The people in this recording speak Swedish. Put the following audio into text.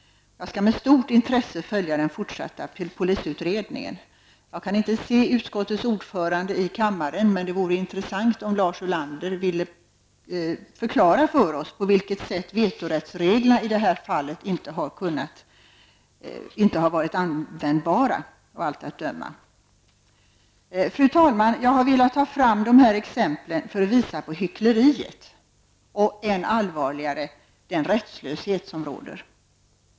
Jag skall med stort intresse följa den fortsatta polisutredningen. Jag kan inte se utskottets ordförande i kammaren. Men det vore intressant om Lars Ulander ville förklara för oss på vilket sätt vetorättsreglerna i det här fallet inte har varit användbara, av allt att döma. Fru talman! Jag har velat ta fram de här exemplen för att visa på hyckleriet och -- än allvarligare -- den rättslöshet som råder.